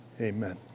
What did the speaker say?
amen